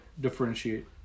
differentiate